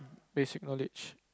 basic knowledge